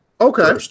Okay